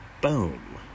Boom